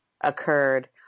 occurred